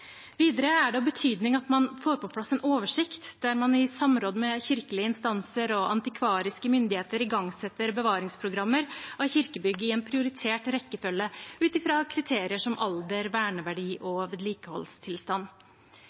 Videre er det av betydning at man får på plass en oversikt der man i samråd med kirkelige instanser og antikvariske myndigheter igangsetter bevaringsprogrammer av kirkebygg i en prioritert rekkefølge, ut fra kriterier som alder, verneverdi og vedlikeholdstilstand.